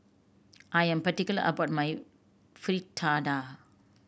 I am particular about my Fritada